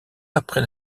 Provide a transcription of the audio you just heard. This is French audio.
après